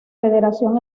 federación